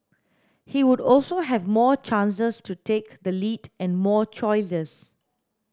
he would also have more chances to take the lead and more choices